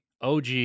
OG